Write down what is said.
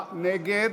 ועדת